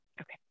okay